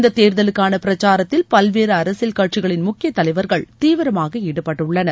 இந்த தேர்தலுக்கான பிரச்சாரத்தில் பல்வேறு அரசியல் கட்சிகளின் முக்கிய தலைவர்கள் தீவிரமாக ஈடுபட்டுள்ளனர்